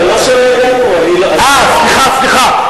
ואותי אתה לא שואל, אה, סליחה, סליחה.